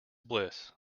bliss